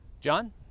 John